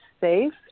safe